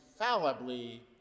infallibly